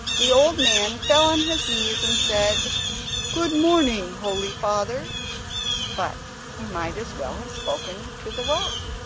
the old man fell on his knees, and said good morning, holy father but he might as well have spoken to the rock.